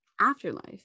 afterlife